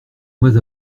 mois